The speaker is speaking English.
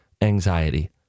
anxiety